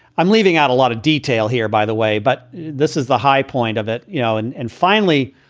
i'm leaving out a lot of detail here, by the way. but this is the high point of it. you know, and and finally,